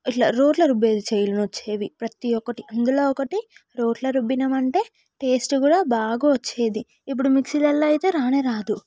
ఇట్లా రోటిలో రుబ్బేది చేతులు నొచ్చేది ప్రతి ఒక్కటి అందులో ఒక్కటి రోటిలో రుబ్బినాం అంటే టేస్ట్ కూడా బాగా వచ్చేది ఇప్పుడు మిక్సీలలో అయితే రానేరాదు